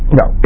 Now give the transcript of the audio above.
no